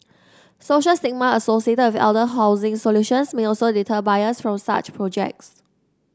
social stigma associated with elder housing solutions may also deter buyers from such projects